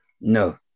no